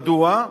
מדוע?